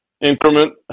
increment